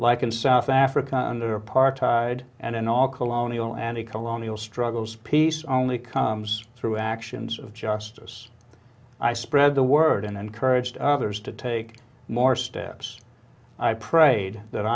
like in south africa under apartheid and in all colonial anti colonial struggles peace only comes through actions of just i spread the word and encouraged others to take more steps i prayed that